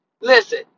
Listen